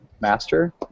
master